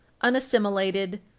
unassimilated